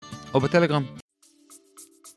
או בטלגרם